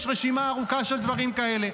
יש רשימה ארוכה של דברים כאלה,